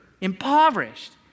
impoverished